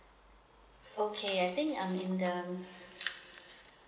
okay I think I'm in the